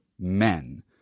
men